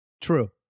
True